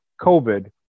COVID